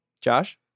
Josh